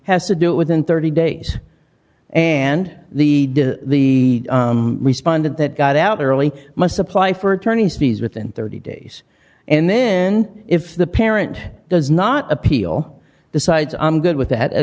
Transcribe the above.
has to do it within thirty days and the the respondent that got out early must apply for attorney's fees within thirty days and then if the parent does not appeal decides i'm good with that